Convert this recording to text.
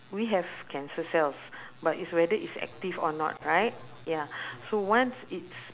we have cancer cells but it's whether it's active or not right ya so once it's